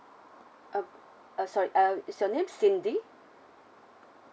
um uh sorry uh is your name cindy